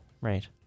right